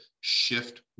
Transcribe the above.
shift